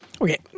Okay